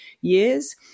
years